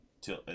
till